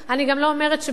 אני גם לא אומרת שבהכרח